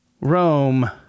Rome